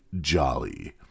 Jolly